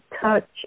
touch